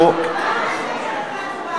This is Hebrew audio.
אחרי ההצבעה,